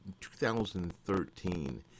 2013